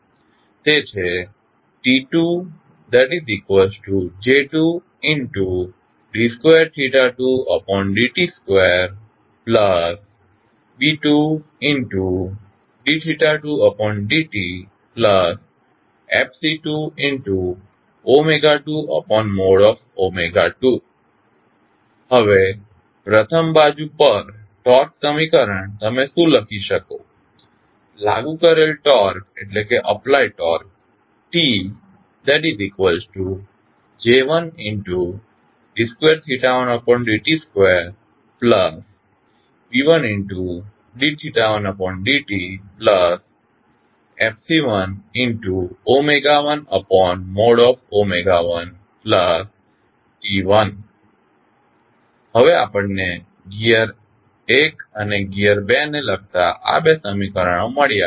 તે છે T2tJ2d 22d t 2B2d 2d tFc222 હવે પ્રથમ બાજુ પર ટોર્ક સમીકરણ તમે શું લખી શકો લાગુ કરેલ torque TtJ1d 21td t 2B1d 1td tFc111T1 હવે આપણને ગિઅર 1 અને ગિઅર 2 ને લગતા આ 2 સમીકરણો મળ્યાં છે